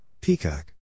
Peacock